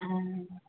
ആ